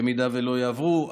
אם לא יעברו,